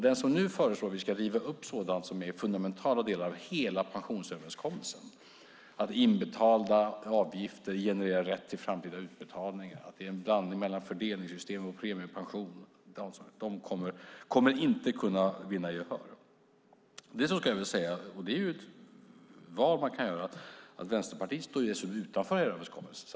Den som nu föreslår att vi ska riva upp fundamentala delar av pensionsöverenskommelsen - att inbetalda avgifter genererar rätt till framtida utbetalningar, att vi har en blandning av fördelningssystem och premiepension - kommer inte att kunna vinna gehör. Man kan göra valet att som Vänsterpartiet stå utanför överenskommelsen.